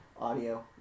audio